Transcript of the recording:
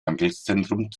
handelszentrum